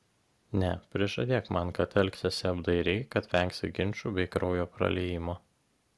ne prižadėk man kad elgsiesi apdairiai kad vengsi ginčų bei kraujo praliejimo